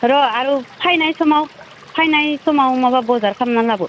र' आरो फायनाय समाव फायनाय समाव माबा बजार खामना लाबो